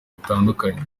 butandukanye